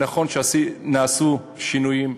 נכון שנעשו שינויים,